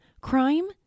Crime